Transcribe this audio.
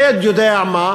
השד יודע מה,